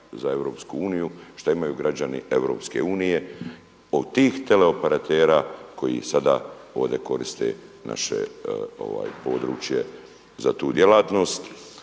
za Europsku uniju što imaju građani Europske unije od tih teleoperatera koji sada ovdje koriste naše područje za tu djelatnost